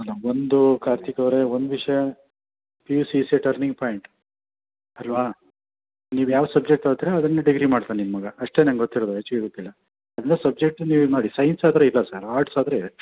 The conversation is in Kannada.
ಅಲ್ಲ ಒಂದು ಕಾರ್ತಿಕ್ ಅವರೇ ಒಂದು ವಿಷಯ P U C is a turning point ಅಲ್ವಾ ನೀವು ಯಾವ ಸಬ್ಜೆಕ್ಟ್ ತಗೋತಿರ ಅದನ್ನೇ ಡಿಗ್ರಿ ಮಾಡ್ತಾನೆ ನಿಮ್ಮ ಮಗ ಅಷ್ಟೇ ನಂಗೊತ್ತಿರೋದು ಹೆಚ್ಚಿಗೆ ಗೊತ್ತಿಲ್ಲ ಎಲ್ಲ ಸಬ್ಜೆಕ್ಟು ನೀವು ಇದು ಮಾಡಿ ಸೈನ್ಸ್ ಆದರೆ ಇಲ್ಲ ಸರ್ ಆರ್ಟ್ಸ್ ಆದರೆ ಇದೆ